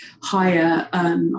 higher